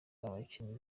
abakinnyi